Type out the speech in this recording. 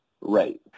Right